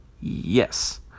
yes